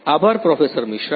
આભાર પ્રોફેસર મિશ્રા